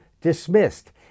dismissed